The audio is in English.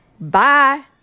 bye